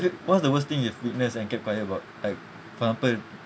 what what's the worst thing you've witness and kept quiet about like for example